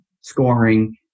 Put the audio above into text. scoring